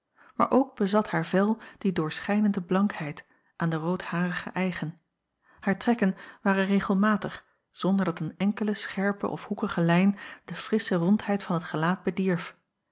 maar ook bezat haar vel die doorschijnende blankheid aan de roodharigen eigen haar trekken waren regelmatig zonder dat een enkele scherpe of hoekige lijn de frissche rondheid van het gelaat bedierf